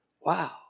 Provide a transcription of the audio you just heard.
wow